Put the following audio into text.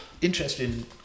Interesting